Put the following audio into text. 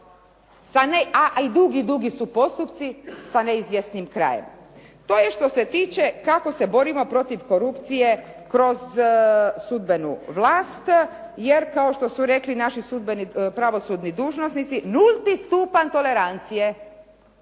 a i dugi, dugi su postupci sa neizvjesnim krajem. To je što se tiče kako se borimo protiv korupcije kroz sudbenu vlast, jer kao što su rekli naši pravosudni dužnosnici, nulti stupanj tolerancije.